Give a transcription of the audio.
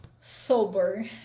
sober